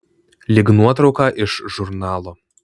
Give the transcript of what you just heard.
lyg nuotrauka iš žurnalo